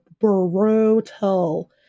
brutal